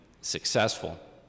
successful